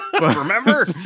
Remember